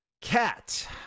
Cat